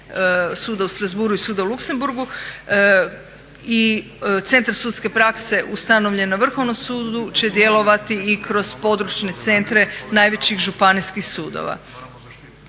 suda u Strassbourgu i suda u Luxemburgu. Centar sudske prakse ustanovljena na Vrhovnom sudu će djelovati i kroz područne centre najvećih županijskih sudova.